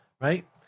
right